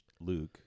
Luke